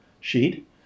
sheet